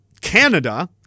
Canada